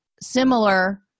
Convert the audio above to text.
similar